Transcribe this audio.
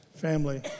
family